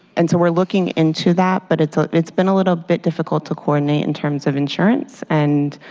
and so we're looking into that, but it's it's been a little bit difficult to coordinate in terms of insurance. and